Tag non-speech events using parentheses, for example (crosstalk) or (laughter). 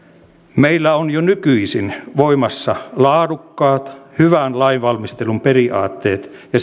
meillä on jo nykyisin voimassa laadukkaat hyvän lainvalmistelun periaatteet ja (unintelligible)